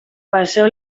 passeu